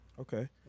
Okay